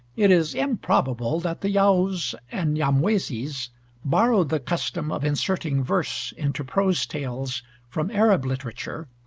it is improbable that the yaos and nyamwezis borrowed the custom of inserting verse into prose tales from arab literature,